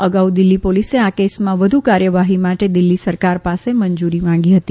અગાઉ દિલ્ફી પોલીસે આ કેસમાં વધુ કાર્યવાહી માટે દિલ્ફી સરકાર પાસે મંજુરી આપી હતી